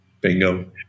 Bingo